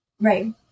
Right